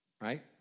right